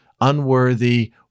unworthy